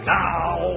now